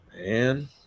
man